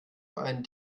ein